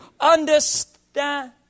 understand